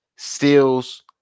steals